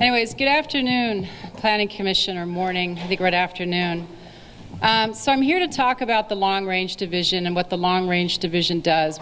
anyways good afternoon planning commissioner morning the great afternoon i'm here to talk about the long range division and what the long range division does